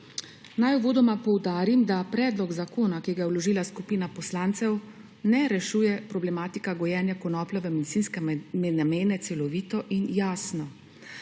Naj uvodoma poudarim, da predlog zakona, ki ga je vložila skupina poslancev, ne rešuje problematike gojenja konoplje v medicinske namene celovito in jasno.